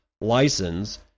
license